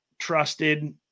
trusted